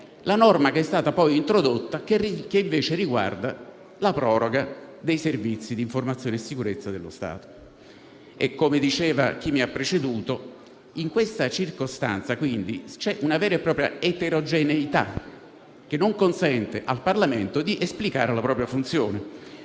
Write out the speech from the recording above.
ha a che vedere la norma introdotta che invece riguarda la proroga dei servizi di informazione e sicurezza dello Stato. Come diceva chi mi ha preceduto, in questa circostanza quindi c'è una vera e propria eterogeneità che non consente al Parlamento di esplicare la propria funzione.